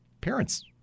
parents